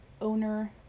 owner